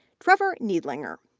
trevor neidlinger,